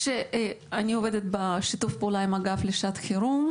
אני עובדת בשיתוף פעולה עם האגף לשעת חירום,